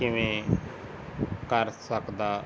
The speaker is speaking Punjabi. ਕਿਵੇਂ ਕਰ ਸਕਦਾ